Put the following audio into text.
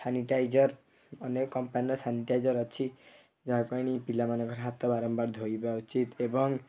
sanitiser ଅନେକ କମ୍ପାନୀର sanitiser ଅଛି ଯାହାକୁ ଆଣି ପିଲାମାନଙ୍କର ହାତ ବାରମ୍ବାର ଧୋଇବା ଉଚିତ୍ ଏବଂ